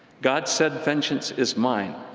god said, vengeance is mine